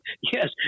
Yes